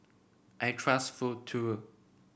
I trust Futuro